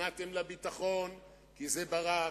נכנעתם לביטחון כי זה ברק,